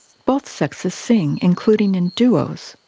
both sexes sing, including in duos,